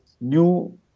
new